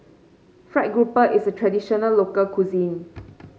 fried grouper is a traditional local cuisine